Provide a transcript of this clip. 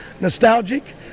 Nostalgic